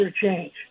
change